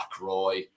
Roy